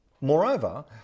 Moreover